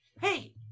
hey